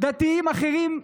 דתיים אחרים,